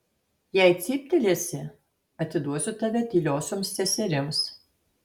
jei cyptelėsi atiduosiu tave tyliosioms seserims